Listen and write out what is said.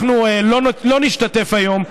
אנחנו לא נשתתף היום,